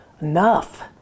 Enough